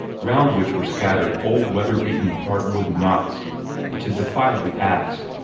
round which were scattered old weather-beaten hardwood knots which had defied the axe,